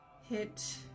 hit